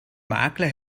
makler